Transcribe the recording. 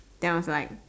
then I was like